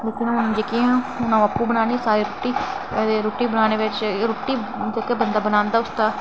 ते हून जेह्की ऐ तां अंऊ आपूं बनांदी सारी रुट्टी ते रुट्टी बनाने बिच रुट्टी जेह्का बनांदा उसदा